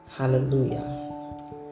Hallelujah